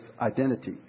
identity